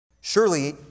Surely